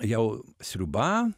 jau sriuba